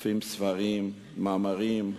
כותבים ספרים ומאמרים,